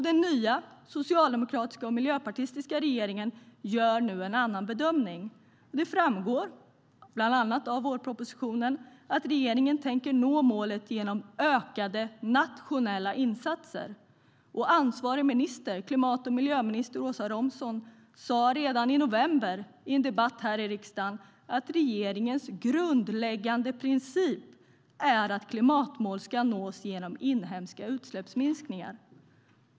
Den nya socialdemokratiska och miljöpartistiska regeringen gör nu en annan bedömning. Det framgår bland annat av vårpropositionen att regeringen tänker nå målet genom ökade nationella insatser. Ansvarig minister, klimat och miljöminister Åsa Romson, sa redan i november i en debatt här i riksdagen att regeringens grundläggande princip är att klimatmål ska nås genom inhemska utsläppsminskningar.